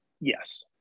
Yes